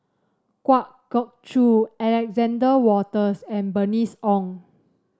Kwa Geok Choo Alexander Wolters and Bernice Ong